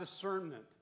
discernment